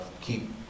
keep